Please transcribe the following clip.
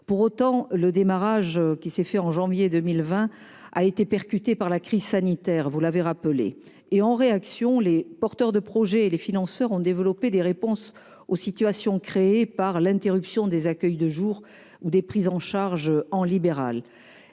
Pour autant, avec un démarrage en janvier 2020, le travail sur le répit a été percuté par la crise sanitaire- vous l'avez rappelé. En réaction, les porteurs de projets et les financeurs ont développé des réponses aux situations créées par l'interruption des accueils de jour ou des prises en charge en libéral.